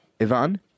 Ivan